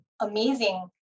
amazing